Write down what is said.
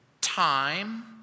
time